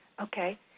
okay